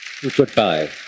goodbye